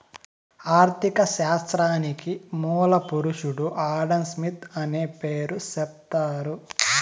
ఆర్ధిక శాస్త్రానికి మూల పురుషుడు ఆడంస్మిత్ అనే పేరు సెప్తారు